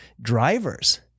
drivers